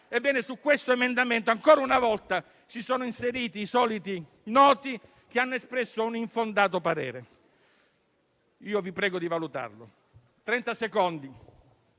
Su questo emendamento ancora una volta si sono inseriti i soliti noti, che hanno espresso un infondato parere. Io vi prego di valutarlo. Leggo